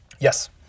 Yes